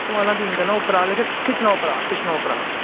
ओह् आह्ला सीन करना उप्परा लेकिन खिच्चना उप्परा खिच्चना उप्परा